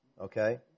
okay